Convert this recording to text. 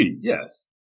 yes